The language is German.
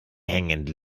hängend